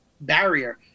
barrier